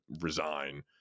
resign